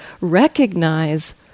recognize